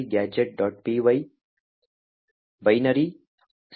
py -binary